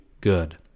good